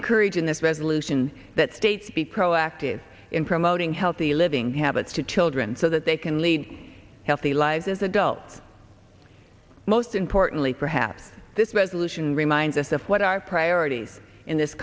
encourage in this resolution that states be proactive in promoting healthy living habits to children so that they can lead healthy lives as adults most importantly perhaps this resolution reminds us of what our priorities in this